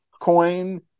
coin